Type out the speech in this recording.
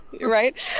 Right